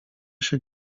się